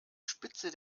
spitze